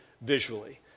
visually